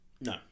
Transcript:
no